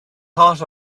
thought